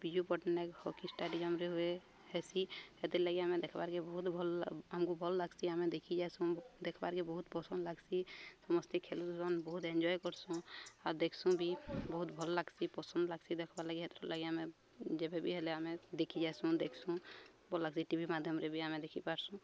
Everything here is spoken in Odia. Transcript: ବିଜୁ ପଟ୍ଟନାୟକ ହକି ଷ୍ଟାଡ଼ିୟମରେ ହୁଏ ହେସି ହେଥିର୍ଲାଗି ଆମେ ଦେଖ୍ବାର୍କେ ବହୁତ ଭଲ ଆମକୁ ଭଲ ଲାଗ୍ସି ଆମେ ଦେଖିଯାସୁଁ ଦେଖ୍ବାର୍କେ ବହୁତ ପସନ୍ଦ ଲାଗ୍ସି ସମସ୍ତେ ଖେଲୁୁନ୍ ବହୁତ ଏଞ୍ଜୟ କରସୁଁ ଆଉ ଦେଖ୍ସି ବି ବହୁତ ଭଲ ଲାଗ୍ସି ପସନ୍ଦ ଲାଗ୍ସି ଦେଖବାର୍ ଲାଗି ହେଥିର ଲାଗି ଆମେ ଯେବେବି ହେଲେ ଆମେ ଦେଖି ଯାସୁଁ ଦେଖ୍ସୁ ଭଲ ଲାଗ୍ସି ଟି ଭି ମାଧ୍ୟମରେ ବି ଆମେ ଦେଖି ପାର୍ସୁଁ